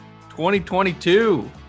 2022